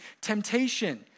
temptation